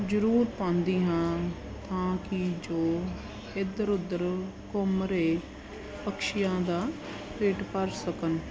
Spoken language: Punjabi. ਜ਼ਰੂਰ ਪਾਉਂਦੀ ਹਾਂ ਤਾਂ ਕਿ ਜੋ ਇੱਧਰ ਉੱਧਰ ਘੁੰਮ ਰਹੇ ਪਕਸ਼ੀਆਂ ਦਾ ਪੇਟ ਭਰ ਸਕਣ